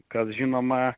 kas žinoma